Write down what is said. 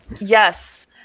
yes